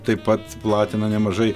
taip pat platina nemažai